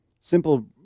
simple